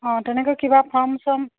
অঁ তেনেকৈ কিবা ফৰ্ম চৰ্ম